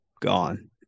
gone